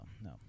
No